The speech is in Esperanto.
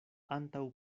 antaŭ